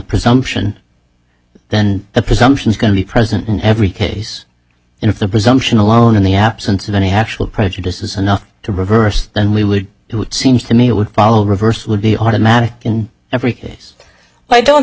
presumption then the presumption is going to be present in every case and if the presumption alone in the absence of any actual prejudice is enough to reverse then we would who seems to me would follow reversed would be automatic in every case i don't